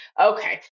okay